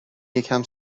یکم